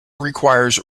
requires